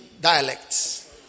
dialects